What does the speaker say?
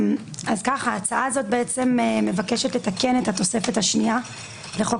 ההצעה הזאת מבקשת לתקן את התוספת השנייה לחוק